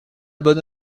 bonne